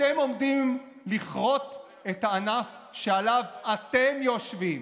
אתם עומדים לכרות את הענף שעליו אתם יושבים.